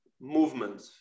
movement